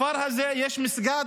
בכפר הזה יש מסגד.